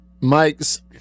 Mike's